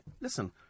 listen